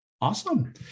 Awesome